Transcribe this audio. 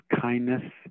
kindness